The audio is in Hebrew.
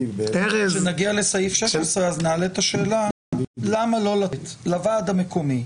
כשנגיע לסעיף 16 נעלה את השאלה למה לא לתת לוועד המקומי,